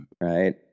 Right